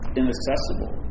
inaccessible